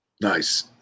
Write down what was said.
nice